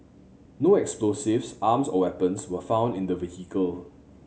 no explosives arms or weapons were found in the vehicle